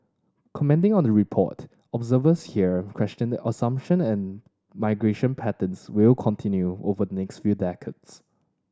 commenting on the report observers here questioned the assumption and migration patterns will continue over the next few decades